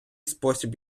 спосіб